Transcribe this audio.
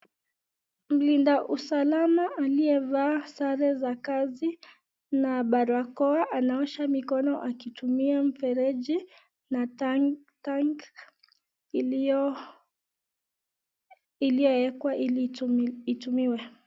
Mlinda usakama aliye vaa sare za kazi na barakoa, anaosha mikono akitumia mvereji na tank iliyoekwa Ili itumiwe.